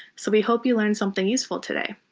so we hope you learn something useful today.